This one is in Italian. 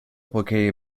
poiché